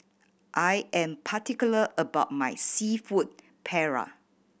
I am particular about my Seafood Paella